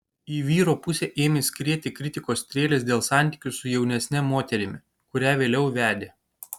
į vyro pusę ėmė skrieti kritikos strėlės dėl santykių su jaunesne moterimi kurią vėliau vedė